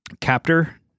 captor